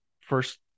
first